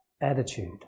attitude